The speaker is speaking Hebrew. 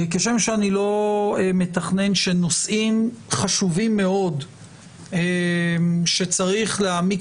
כשם שאני לא מתכנן שנושאים חשובים מאוד שצריך להעמיק